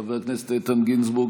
חבר הכנסת איתן גינזבורג,